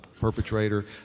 perpetrator